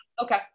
Okay